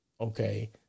Okay